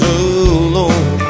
alone